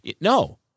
No